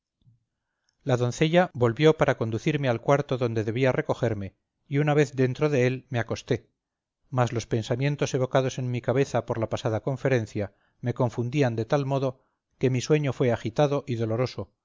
la doncella volvió para conducirme al cuarto donde debía recogerme y una vez dentro de él me acosté mas los pensamientos evocados en mi cabeza por la pasada conferencia me confundían de tal modo que mi sueño fue agitado y doloroso